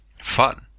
fun